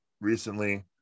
recently